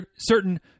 certain